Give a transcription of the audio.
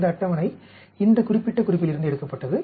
இந்த அட்டவணை இந்த குறிப்பிட்ட குறிப்பிலிருந்து எடுக்கப்பட்டது